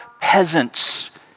peasants